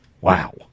Wow